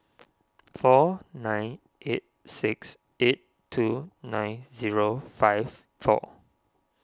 four nine eight six eight two nine zero five four